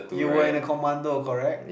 you were in the commando correct